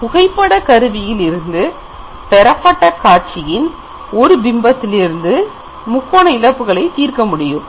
புகைப்பட கருவியில் இருந்து பெறப்பட்ட காட்சியின் ஒரு பிம்பத்திலிருந்து முக்கோண இழப்புகளை தீர்க்க முடியும்